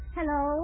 Hello